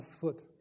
foot